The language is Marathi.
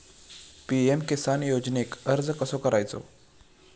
पी.एम किसान योजनेक अर्ज कसो करायचो?